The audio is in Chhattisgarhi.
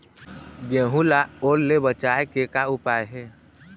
गेहूं ला ओल ले बचाए के का उपाय हे?